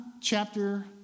chapter